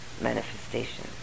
manifestation